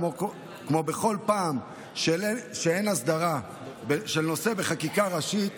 כמו בכל פעם שאין הסדרה של נושא בחקיקה ראשית,